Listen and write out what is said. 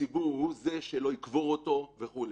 ולא יקבור אותו וכו'.